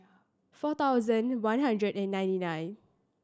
four thousand one hundred and ninety nine